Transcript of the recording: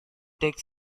take